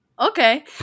okay